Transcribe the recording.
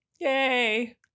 Yay